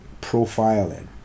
profiling